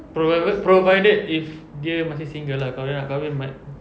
provided provided if dia masih single lah kalau dia nak kahwin might